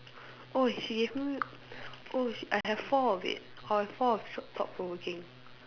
oh she give me oh sh~ I have four of it I have four of s~ thought provoking